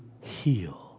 heal